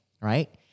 right